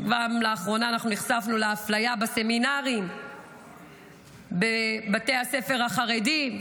שלאחרונה אנחנו נחשפנו לאפליה בסמינרים בבתי הספר החרדים.